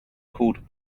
called